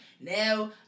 Now